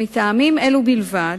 מטעמים אלו בלבד,